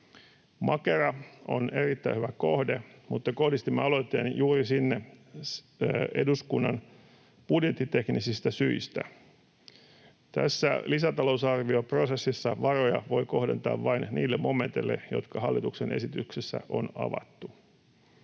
Makera on erittäin hyvä kohde, mutta kohdistimme aloitteen juuri sinne eduskunnan budjettiteknisistä syistä. Tässä lisätalousarvioprosessissa varoja voi kohdentaa vain niille momenteille, jotka hallituksen esityksessä on avattu.